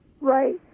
Right